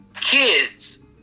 kids